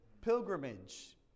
Pilgrimage